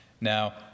Now